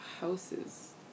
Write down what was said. houses